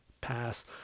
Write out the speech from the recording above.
pass